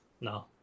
No